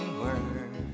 word